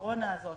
הקורונה הזאת